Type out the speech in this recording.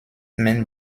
main